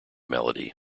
melody